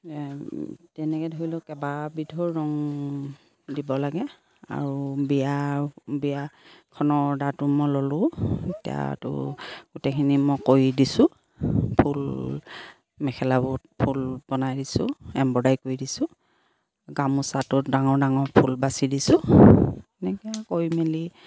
তেনেকৈ ধৰি লওক কেইবাবিধৰ ৰং দিব লাগে আৰু বিয়া বিয়াখনৰ অৰ্ডাৰটো মই ল'লো তাতো গোটেইখিনি মই কৰি দিছোঁ ফুল মেখেলাবোৰত ফুল বনাই দিছোঁ এম্ব্ৰইদাৰী কৰি দিছোঁ গামোচাটোত ডাঙৰ ডাঙৰ ফুল বাচি দিছোঁ এনেকৈ কৰি মেলি